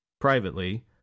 Privately